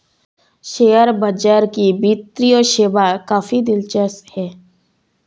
share बाजार की वित्तीय सेवा काफी दिलचस्प है